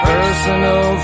Personal